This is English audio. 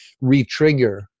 re-trigger